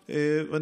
בהצלחה,